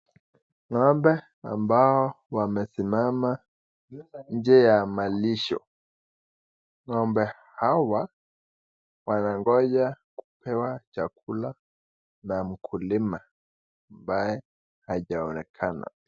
Ng'ombe ambao wamesimama nje ya malisho. Ng'ombe hawa wanangoja kupewa chakula na mkulima ambaye hajaonekana.